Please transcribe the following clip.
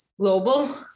global